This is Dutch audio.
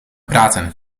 praten